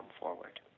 forward